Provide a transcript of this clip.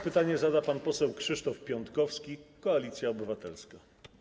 Pytanie zada pan Krzysztof Piątkowski, Koalicja Obywatelska.